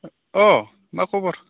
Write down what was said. अ मा खबर